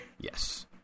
Yes